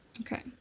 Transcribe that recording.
okay